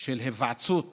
של היוועצות